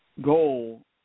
goal